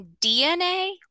DNA